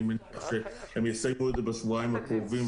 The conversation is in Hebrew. אני מניח שהם יסיימו את זה בשבועיים הקרובים,